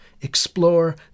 Explore